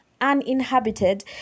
uninhabited